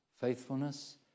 faithfulness